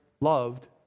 loved